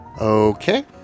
Okay